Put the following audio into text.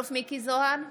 מכלוף מיקי זוהר,